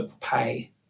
pay